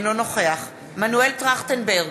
אינו נוכח מנואל טרכטנברג,